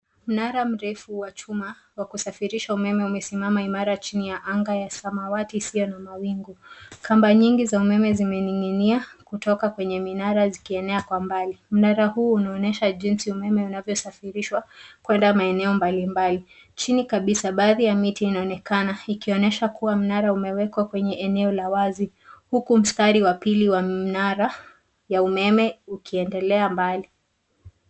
Mnara mrefu wa chuma wa kusafirisha umeme umesimama imara chini ya anga ya samawati isiyo na mawingu. Kamba nyingi za umeme zimening'inia kutoka kwenye minara zikienea kwa mbali. Mnara huu unaonyesha jinsi umeme unavyosafirishwa kwenda maeneo mbalimbali. Chini kabisa baadhi ya miti inaonekana ikionyesha kuwa mnara umewekwa kwenye eneo la wazi, huku mstari wa pili wa mnara ya umeme ukiendelea mbali.